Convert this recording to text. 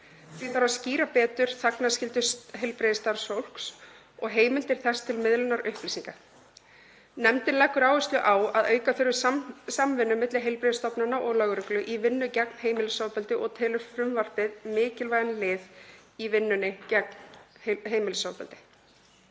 Því þarf að skýra betur þagnarskyldu heilbrigðisstarfsfólks og heimildir þess til miðlunar upplýsinga. Nefndin leggur áherslu á að auka þurfi samvinnu milli heilbrigðisstofnana og lögreglu í vinnu gegn heimilisofbeldi og telur frumvarpið mikilvægan lið í vinnu gegn heimilisofbeldi.